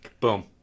Boom